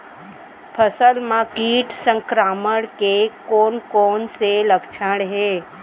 फसल म किट संक्रमण के कोन कोन से लक्षण हे?